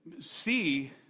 see